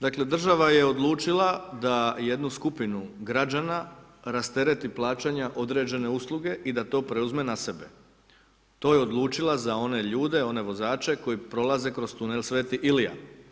Dakle država je odlučila da jednu skupinu građana rastereti plaćanja određene usluge i da to preuzme na sebe, to je odlučila za one ljude, one vozače koji prolaze kroz Tunel sv. Ilija.